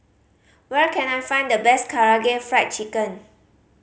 where can I find the best Karaage Fried Chicken